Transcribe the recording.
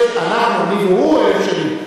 אנחנו, אני והוא, אלף שנים.